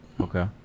Okay